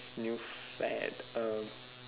new fad uh